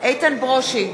איתן ברושי,